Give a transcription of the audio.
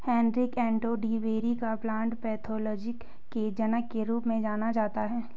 Heinrich Anton de Bary को plant pathology के जनक के रूप में जाना जाता है